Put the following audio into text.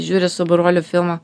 žiūriu su broliu filmą